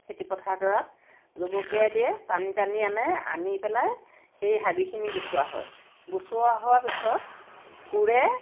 খেতি পথাৰ ডৰাত জুবুকিয়াই দিয়ে টানি টানি আনে আনি পেলাই সেই হাবিখিনি গুচোৱা হয় গুচোৱা হোৱাৰ পিছত কোৰে